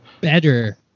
better